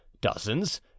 dozens